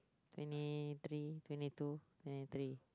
finish three finish two finish three